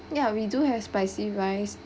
ya we do have spicy rice